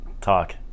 talk